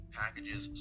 packages